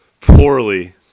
poorly